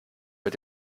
mit